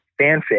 fanfic